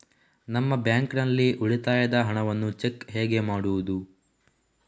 ನಮ್ಮ ಬ್ಯಾಂಕ್ ನಲ್ಲಿ ಉಳಿತಾಯದ ಹಣವನ್ನು ಚೆಕ್ ಹೇಗೆ ಮಾಡುವುದು?